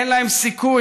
אין להם סיכוי,